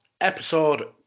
episode